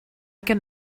can